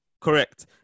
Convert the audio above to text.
Correct